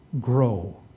grow